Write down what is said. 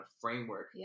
framework